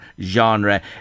genre